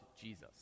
Jesus